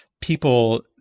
People